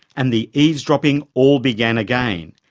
and the eavesdropping all began again,